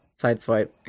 Sideswipe